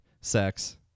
sex